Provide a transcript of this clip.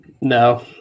No